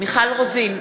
מיכל רוזין,